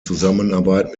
zusammenarbeit